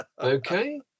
Okay